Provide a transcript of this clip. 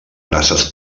brases